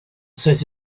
set